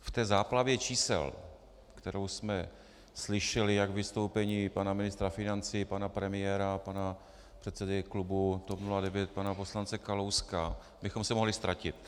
V té záplavě čísel, kterou jsme slyšeli jak ve vystoupení pana ministra financí, pana premiéra, pana předsedy klubu TOP 09 poslance Kalouska, bychom se mohli ztratit.